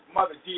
Mother